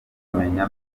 kumenya